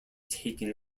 taking